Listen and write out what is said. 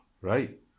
Right